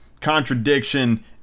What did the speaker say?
contradiction